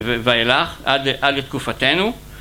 ואילך עד לתקופתנו.